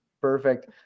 Perfect